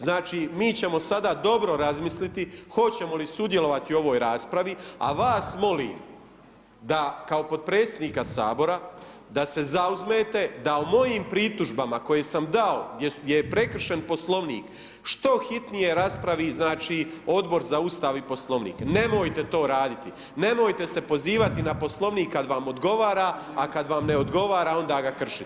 Znači mi ćemo sada dobro razmisliti hoćemo li sudjelovati u ovoj raspravi, a vas molim da kao podpredsjednika sabora, da se zauzmete da o mojim pritužbama koje sam dao gdje je prekršen Poslovnik što hitnije raspravi Odbor za Ustav i Poslovnik, nemojte to raditi, nemojte se pozivati na Poslovnik kad vam odgovara, a kad vam ne odgovara onda ga kršiti.